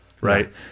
right